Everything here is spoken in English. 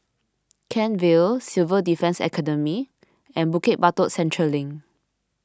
Kent Vale Civil Defence Academy and Bukit Batok Central Link